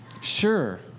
sure